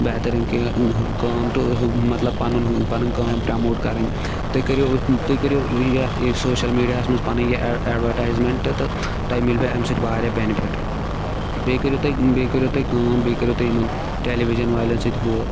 بہتریٖن کہ کٲم ٹو ہُہ مطلب پَنُن پَنٕںۍ کٲم پَرٛیموٹ کَرٕنۍ تُہۍ کٔرو تُہۍ کٔرِو یَتھ یہِ سوشَل میٖڈیاہَس منٛز پَنٕںۍ یہِ اٮ۪ڈ اٮ۪ڈوَٹایزمَنٛٹ تہٕ تۄہہِ مِلوٕ اَمہِ سۭتۍ واریاہ بٮ۪نِفِٹ بیٚیہِ کٔرِو تُہۍ بیٚیہِ کٔرِو تُہۍ کٲم بیٚیہِ کٔرِو تُہۍ یِمَن ٹیلی وجن والٮ۪ن سۭتۍ ہُہ